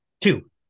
Two